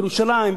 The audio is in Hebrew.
בירושלים,